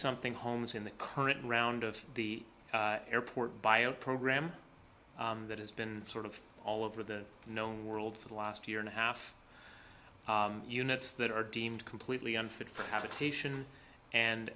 something homes in the current round of the airport by a program that has been sort of all over the known world for the last year and a half units that are deemed completely unfit for